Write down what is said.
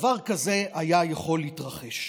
דבר כזה היה יכול להתרחש?